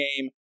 game